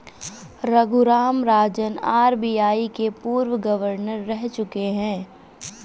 Raghuram Rajan RBI के पूर्व governor रह चुके हैं